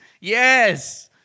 Yes